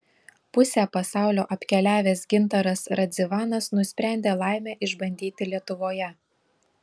pusę pasaulio apkeliavęs gintaras radzivanas nusprendė laimę išbandyti lietuvoje